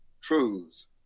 truths